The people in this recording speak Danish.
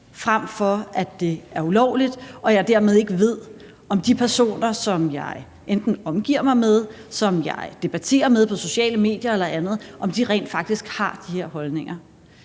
frem for at det er ulovligt, og at jeg dermed ikke ved, om de personer, som jeg enten omgiver mig med, eller som jeg debatterer med på sociale medier eller andet, rent faktisk har de her holdninger.